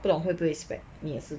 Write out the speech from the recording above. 不懂会不会 spread 你也是